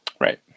Right